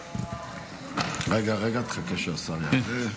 רגע, תחכה שהשר יעלה.